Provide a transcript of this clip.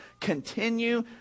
continue